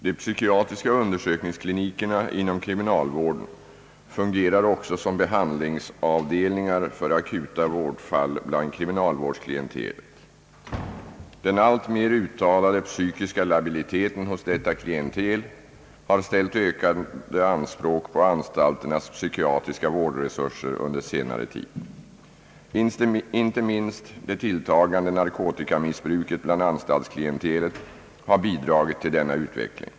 De psykiatriska undersökningsklinikerna inom kriminalvården fungerar också som behandlingsavdelningar för akuta vårdfall bland kriminalvårdsklientelet. Den alltmer uttalade psykis-:. ka labiliteten hos detta klientel har ställt ökade anspråk på anstalternas psykiatriska vårdresurser under senare tid. Inte minst det tilltagande narkotikamissbruket bland anstaltsklientelet har bidragit till denna utveckling.